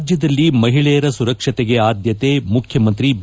ರಾಜ್ಯದಲ್ಲಿ ಮಹಿಳೆಯರ ಸುರಕ್ಷತೆಗೆ ಆದ್ಯತೆ ಮುಖ್ಯಮಂತ್ರಿ ಬಿ